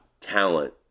talent